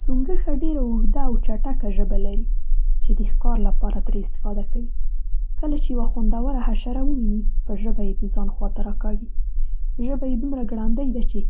څونګښه ډېره اوږده او چټکه ژبه لري، چې د ښکار لپاره ترې استفاده کوي. کله چې یوه خوندوره حشره وویني، په ژبه یې د ځان خواته را کاږي. ژبه یې دومره ګړندۍ ده چې